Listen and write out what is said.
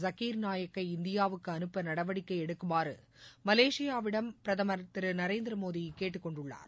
ஜாகிர் நாயக் ஐ இந்தியாவுக்கு அனுப்ப நடவடிக்கை எடுக்குமாறு மலேஷியாவிடம் பிரதமர் திரு நரேந்திரமோடி கேட்டுக்கொண்டுள்ளார்